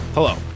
Hello